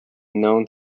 known